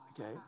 Okay